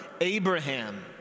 Abraham